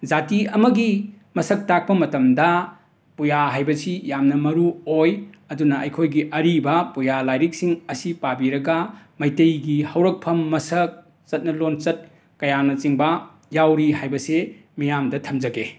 ꯖꯥꯇꯤ ꯑꯃꯒꯤ ꯃꯁꯛ ꯇꯥꯛꯄ ꯃꯇꯝꯗ ꯄꯨꯌꯥ ꯍꯥꯏꯕꯁꯤ ꯌꯥꯝꯅ ꯃꯔꯨ ꯑꯣꯏ ꯑꯗꯨꯅ ꯑꯩꯈꯣꯏꯒꯤ ꯑꯔꯤꯕ ꯄꯨꯌꯥ ꯂꯥꯏꯔꯤꯛꯁꯤꯡ ꯑꯁꯤ ꯄꯥꯕꯤꯔꯒ ꯃꯩꯇꯩꯒꯤ ꯍꯧꯔꯛꯐꯝ ꯃꯁꯛ ꯆꯠꯅ ꯂꯣꯟꯆꯠ ꯀꯌꯥꯅꯆꯤꯡꯕ ꯌꯥꯎꯔꯤ ꯍꯥꯏꯕꯁꯦ ꯃꯤꯌꯥꯝꯗ ꯊꯝꯖꯒꯦ